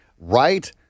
right